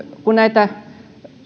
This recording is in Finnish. kun näitä